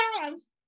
times